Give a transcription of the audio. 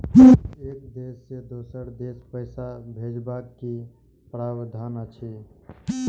एक देश से दोसर देश पैसा भैजबाक कि प्रावधान अछि??